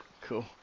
cool